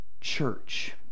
church